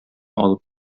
алып